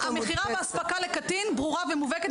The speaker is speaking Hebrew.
המכירה והאספקה לקטין ברורה ומובהקת,